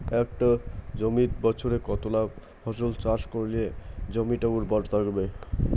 একটা জমিত বছরে কতলা ফসল চাষ করিলে জমিটা উর্বর থাকিবে?